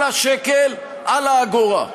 על השקל, על האגורה.